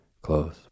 close